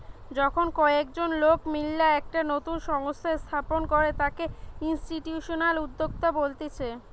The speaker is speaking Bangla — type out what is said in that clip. যখন কয়েকজন লোক মিললা একটা নতুন সংস্থা স্থাপন করে তাকে ইনস্টিটিউশনাল উদ্যোক্তা বলতিছে